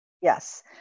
Yes